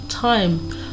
time